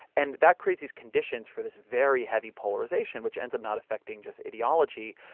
and that creates these conditions for this very heavy polarization, which ends up not affecting just ideology,